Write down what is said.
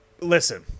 listen